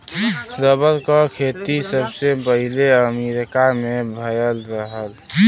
rubber क खेती सबसे पहिले अमरीका में भयल रहल